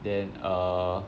then err